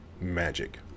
magic